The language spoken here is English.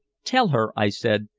tell her, i said,